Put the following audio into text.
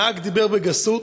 הנהג דיבר בגסות,